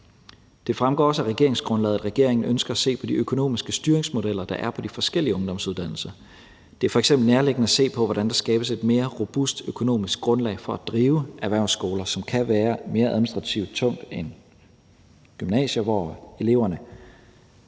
Det fremgår også af regeringsgrundlaget, at regeringen ønsker at se på de økonomiske styringsmodeller, der er på de forskellige ungdomsuddannelser. Det er f.eks. nærliggende at se på, hvordan der skabes et mere robust økonomisk grundlag for at drive erhvervsskoler, hvilket kan være mere administrativt tungt end for gymnasier, hvor eleverne